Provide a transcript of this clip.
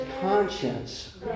conscience